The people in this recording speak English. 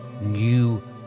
new